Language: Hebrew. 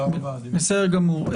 בסדר גמור.